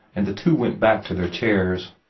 and the two went back to their chairs.